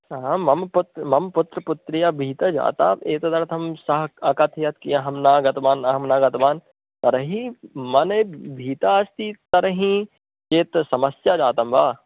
हा मम पुत्रः मम पुत्रपुत्र्यः भीताः जाताः एतदर्थं सः अकथयत् कि अहं न गतवान् अहं न गतवान् तर्हि मनसि भीता अस्ति तर्हि कियत् समस्या जातं वा